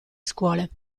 scuole